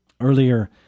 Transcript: Earlier